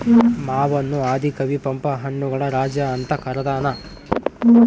ಮಾವನ್ನು ಆದಿ ಕವಿ ಪಂಪ ಹಣ್ಣುಗಳ ರಾಜ ಅಂತ ಕರದಾನ